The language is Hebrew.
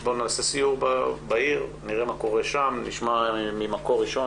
אני מוכן לבוא לסיור בעיר ונראה מה קורה שם ונשמע ממקור ראשון.